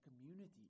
community